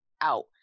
out